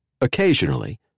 Occasionally